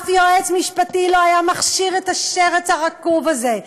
שום יועץ משפטי לא היה מכשיר את השרץ הרקוב הזה,